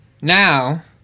Now